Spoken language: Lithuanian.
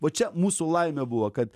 va čia mūsų laimė buvo kad